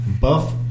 Buff